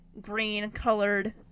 green-colored